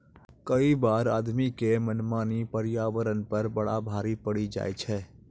कई बार आदमी के मनमानी पर्यावरण पर बड़ा भारी पड़ी जाय छै